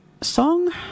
song